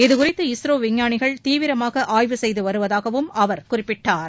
இது குறித்து இஸ்ரோ விஞ்ஞானிகள் தீவிரவமாக ஆய்வு செய்து வருவதாக அவர் குறிப்பிட்டார்